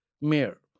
Mayor